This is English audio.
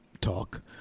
Talk